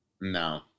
No